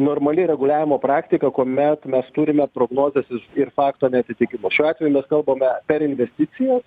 normali reguliavimo praktika kuomet mes turime prognozes ir fakto neatitikimus šiuo atveju mes kalbame per investicijas